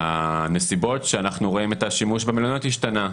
הנסיבות שאנחנו רואים את השימוש במלוניות השתנו.